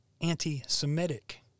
anti-Semitic